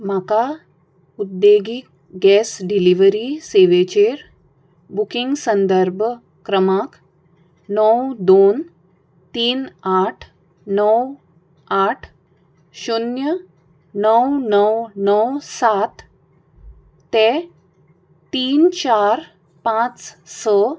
म्हाका उद्देगीक gas delivery सेवेचेर बुकिंग संदर्भ क्रमांक णव दोन तीन आठ णव आठ शुन्य णव णव णव सात ते तीन चार पांच स